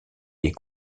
est